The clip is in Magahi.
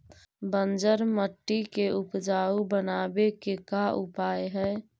बंजर मट्टी के उपजाऊ बनाबे के का उपाय है?